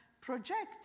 project